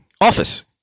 office